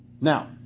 Now